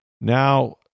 Now